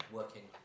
working